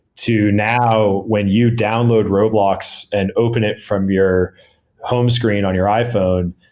to now when you download roblox and open it from your home screen on your iphone,